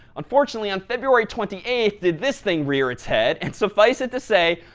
unfortunately, on february twenty eight, did this thing rear its head. and suffice it to say,